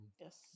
yes